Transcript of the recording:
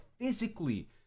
physically